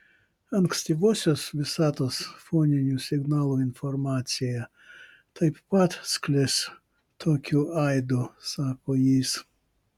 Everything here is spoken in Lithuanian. ankstyvosios visatos foninių signalų informacija taip pat sklis tokiu aidu sako jis